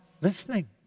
listening